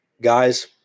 Guys